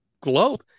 globe